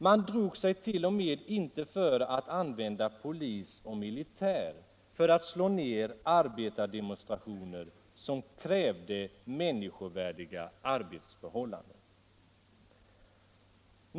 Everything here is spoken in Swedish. Man drog sig inte ens för att använda polis och militär för att slå ner arbetardemonstationer, som krävde människovärdiga arbetsförhållanden.